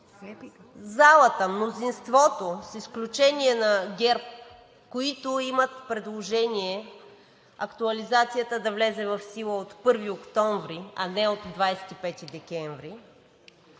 залата мнозинството, с изключение на ГЕРБ, които имат предложение актуализацията да влезе в сила от 1 октомври, а не от 25 декември,